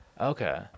Okay